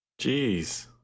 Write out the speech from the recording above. Jeez